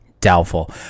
doubtful